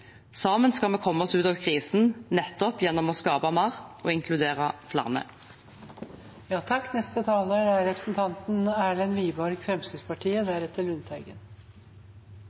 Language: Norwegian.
Sammen skal vi komme oss ut av krisen, nettopp gjennom å skape mer og inkludere